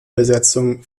besetzung